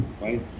right